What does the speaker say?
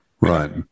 Right